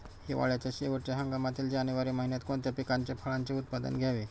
हिवाळ्याच्या शेवटच्या हंगामातील जानेवारी महिन्यात कोणत्या पिकाचे, फळांचे उत्पादन घ्यावे?